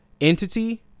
entity